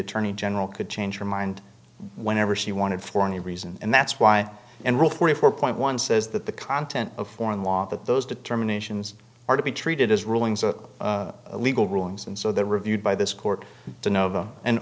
attorney general could change her mind whenever she wanted for any reason and that's why and rule forty four point one says that the content of foreign law that those determinations are to be treated as rulings of legal rulings and so they're reviewed by this court to know them and